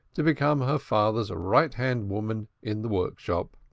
to become her father's right hand woman in the workshop.